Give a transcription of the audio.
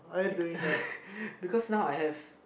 because now I have